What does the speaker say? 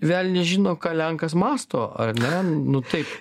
velnias žino ką lenkas mąsto ar ne nu taip